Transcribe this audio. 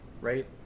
Right